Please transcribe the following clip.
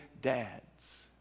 dads